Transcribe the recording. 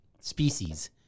species